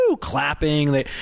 Clapping